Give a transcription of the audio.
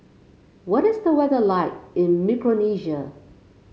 what is the weather like in Micronesia